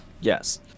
Yes